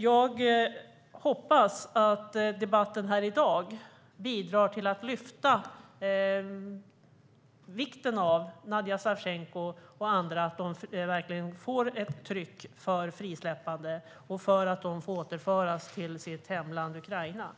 Jag hoppas att debatten i dag bidrar till att lyfta vikten av att Nadija Savtjenko och andra blir frisläppta och återförda i livet till hemlandet Ukraina,